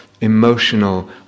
emotional